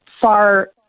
far